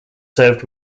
served